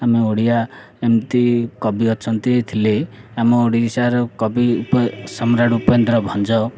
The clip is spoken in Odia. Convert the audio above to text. ଆମେ ଓଡ଼ିଆ ଏମିତି କବି ଅଛନ୍ତି ଥିଲେ ଆମ ଓଡ଼ିଶାର କବି ସମ୍ରାଟ ଉପେନ୍ଦ୍ର ଭଞ୍ଜ